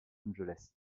angeles